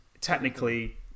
technically